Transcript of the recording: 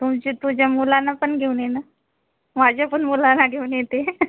तुमची तुझ्या मुलांना पण घेऊन ये ना माझ्या पण मुलांना घेऊन येते